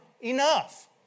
enough